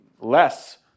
less